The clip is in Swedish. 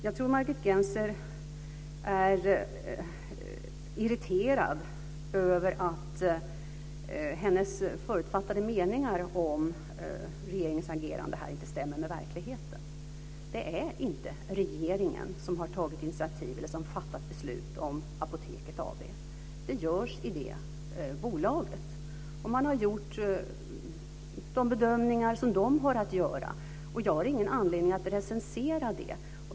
Jag tror att Margit Gennser är irriterad över att hennes förutfattade meningar om regeringens agerande här inte stämmer med verkligheten. Det är inte regeringen som har tagit initiativ eller fattat beslut om Apoteket AB. Det görs i det bolaget. Man har gjort de bedömningar som man har att göra. Jag har ingen anledning att recensera det.